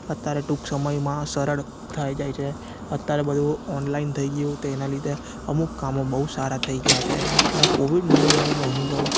અત્યારે ટૂંક સમયમાં સરળ થઈ જાય છે અત્યારે બધું ઓનલાઈન થઈ ગયું તે નાં લીધે અમુક કામો બહુ સારા થઈ ગયા છે અને કોવિડ મહામારીનો અનુભવ